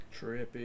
Trippy